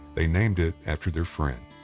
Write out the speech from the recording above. they named it after their friend,